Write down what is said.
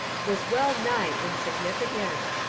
was well nigh insignificant.